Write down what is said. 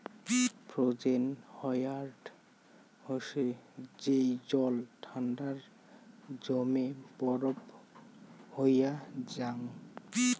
frozen water হসে যেই জল ঠান্ডায় জমে বরফ হইয়া জাং